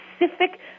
specific